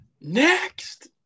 Next